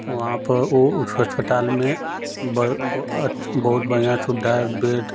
वहाँ पर ओ उस अस्पताल में बर और अच्छा बहुत बढ़ियाँ सुविधा है बेड